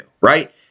right